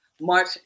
March